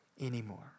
anymore